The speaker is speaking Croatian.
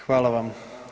Hvala vam.